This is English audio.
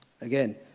Again